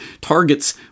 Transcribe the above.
targets